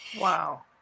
Wow